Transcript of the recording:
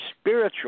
spiritual